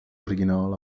original